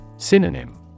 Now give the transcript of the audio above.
Synonym